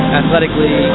athletically